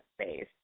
space